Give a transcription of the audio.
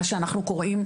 מה שאנחנו קוראים,